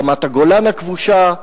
רמת-הגולן הכבושה,